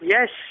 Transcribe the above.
Yes